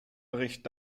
bericht